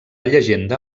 llegenda